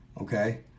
okay